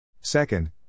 Second